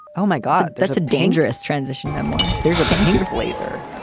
oh, my god. that's a dangerous transition memoir there's a behaviorist, lazar,